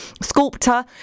sculptor